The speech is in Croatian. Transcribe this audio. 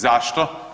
Zašto?